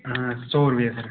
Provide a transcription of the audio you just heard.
हां सौ रपेऽ सर